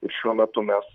ir šiuo metu mes